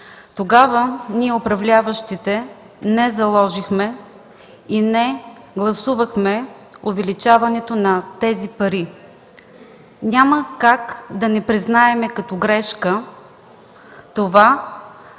Тогава ние, управляващите, не заложихме и не гласувахме увеличаването на тези пари. Няма как да не признаем като грешка това,